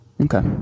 Okay